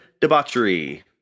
debauchery